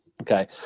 Okay